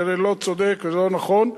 זה לא צודק ולא נכון.